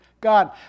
God